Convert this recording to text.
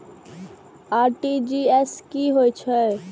RTGS की होय छै